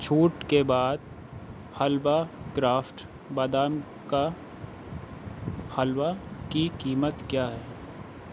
چھوٹ کے بعد حلوا کرافٹ بادام کا حلوا کی قیمت کیا ہے